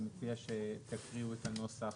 אני מציע שתקריאו את הנוסח,